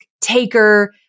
taker